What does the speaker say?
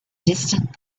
distant